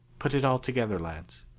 put it all together, lads.